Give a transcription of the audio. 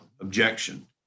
objection